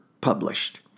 published